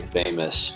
famous